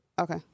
okay